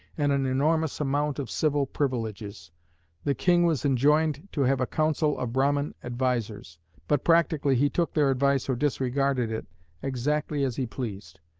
and an enormous amount of civil privileges the king was enjoined to have a council of brahmin advisers but practically he took their advice or disregarded it exactly as he pleased.